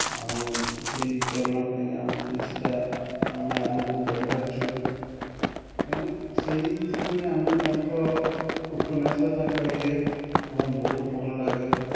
ଆଉ ସେଇ ପ୍ରେରଣା ପାଇକି ଆମେ କିଛିଟା ଆମେ ଆଗକୁ ବଢ଼ିପାରିଛୁ ତେଣୁ ସେଇଥିପାଇଁ ଆମେ ତାଙ୍କ ଉପନ୍ୟାସ ତାଙ୍କ ଇଏ ଆମ ବହୁତ ଭଲ ଲାଗେ